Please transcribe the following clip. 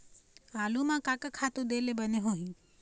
आलू म का का खातू दे ले बने होही?